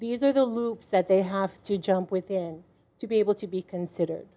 these are the loops that they have to jump within to be able to be considered